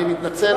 אני מתנצל.